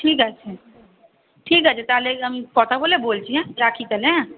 ঠিক আছে ঠিক আছে তাহলে আমি কথা বলে বলছি হ্যাঁ রাখি তাহলে হ্যাঁ